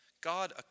God